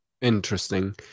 Interesting